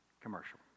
commercial